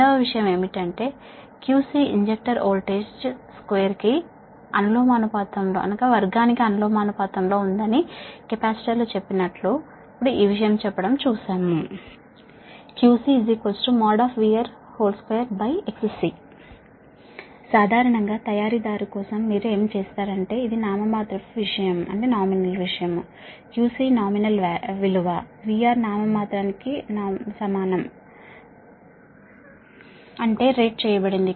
రెండవ విషయం ఏమిటంటే QC ఇంజెక్టర్ వోల్టేజ్ వర్గానికి అనులోమానుపాతంలో ఉందని కెపాసిటర్ చెప్పినట్లు ఇప్పుడే ఈ విషయం చెప్పడం చూశాము QC VR2XC సాధారణంగా మీరు తయారీ దారి నుండి కొన్నప్పుడు ఏం జరుగుతుందంటే ఈ సందర్భంలో అంటే QC నామినల్ విలువ VR నామినల్ విలువకు సమానం అంటే రేట్ చేయబడింది